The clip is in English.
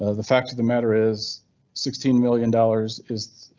ah the fact of the matter is sixteen million dollars is